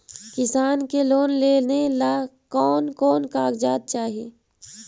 किसान के लोन लेने ला कोन कोन कागजात चाही?